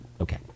Okay